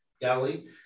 Galilee